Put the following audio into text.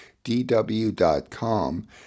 DW.com